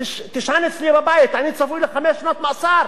תישן אצלי בבית, אני צפוי לחמש שנות מאסר.